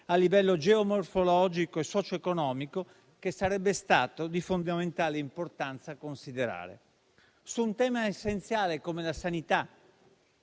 di livello geomorfologico e socioeconomico, che sarebbe stato di fondamentale importanza considerare. Su un tema essenziale come la sanità